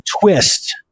twist